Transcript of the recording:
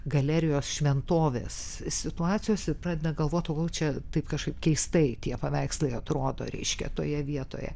galerijos šventovės situacijos ir pradeda galvoti oho čia taip kažkaip keistai tie paveikslai atrodo reiškia toje vietoje